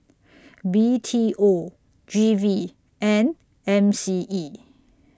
B T O G V and M C E